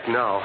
no